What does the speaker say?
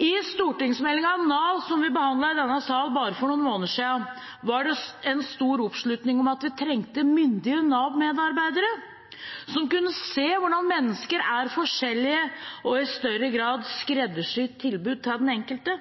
I stortingsmeldingen om Nav, som vi behandlet i denne sal for bare noen måneder siden, var det stor oppslutning om at vi trengte myndige Nav-medarbeidere som kunne se hvordan mennesker er forskjellige og i større grad skreddersy tilbud til den enkelte.